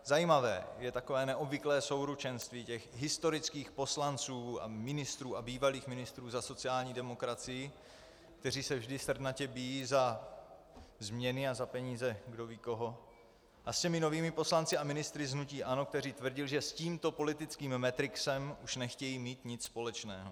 Zajímavé je takové neobvyklé souručenství těch historických poslanců a ministrů a bývalých ministrů za sociální demokracii, kteří se vždy srdnatě bijí za změny a za peníze kdoví koho, a s těmi novými poslanci a ministry z hnutí ANO, kteří tvrdili, že s tímto politickým matrixem už nechtějí mít nic společného.